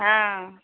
हँ